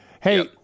Hey